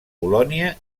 polònia